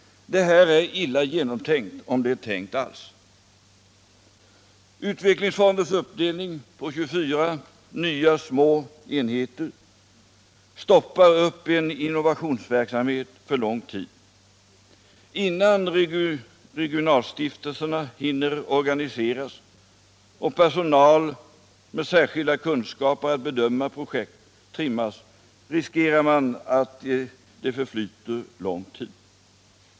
Detta är illa genomtänkt, om det 21 är tänkt alls. Utvecklingsfondens uppdelning på 24 nya små enheter stoppar upp en innovationsverksamhet för lång tid. Innan regionalstiftelserna hinner organiseras och personal med särskilda kunskaper att bedöma projekt trimmas riskerar man att det förflyter lång tid.